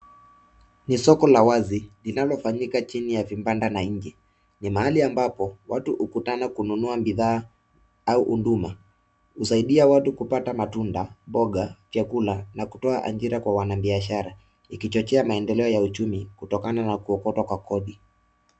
Ni soko la wazi linalofanyika chini ya vibanda na nje, ni mahali ambapo watu hukutana kununua bidhaa au huduma, husaidia watu kuopata matunda, mboga, chakula na kutoa ajira kwa wanabiashara, ikichochea maendeleo ya uchumi kutokana na kuokotwa kwa kodi.